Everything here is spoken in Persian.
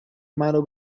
منو